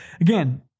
again